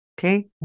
Okay